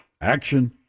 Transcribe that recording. Action